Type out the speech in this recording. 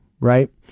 right